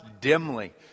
dimly